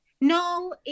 No